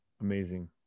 amazing